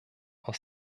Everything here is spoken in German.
aus